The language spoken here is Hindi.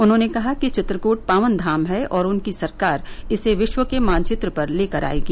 उन्होंने कहा कि चित्रकूट पावनधाम है और उनकी सरकार इसे विश्व के मानचित्र पर ले कर आयेगी